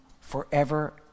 forever